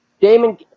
Damon